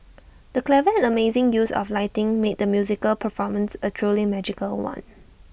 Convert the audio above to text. the clever and amazing use of lighting made the musical performance A truly magical one